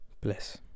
Bless